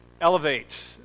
Elevate